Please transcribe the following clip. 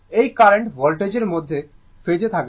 এই কারেন্ট ভোল্টেজের মধ্যে ফেজে থাকবে